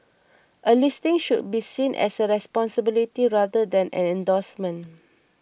a listing should be seen as a responsibility rather than an endorsement